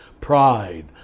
pride